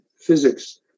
physics